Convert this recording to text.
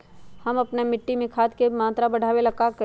हम अपना मिट्टी में खाद के मात्रा बढ़ा वे ला का करी?